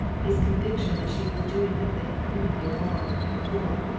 his conviction that she was doing a thing criminally wrong and cruel.